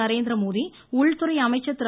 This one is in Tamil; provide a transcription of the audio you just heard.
நரேந்திரமோடி உள்துறை அமைச்சர் திரு